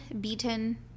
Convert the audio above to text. beaten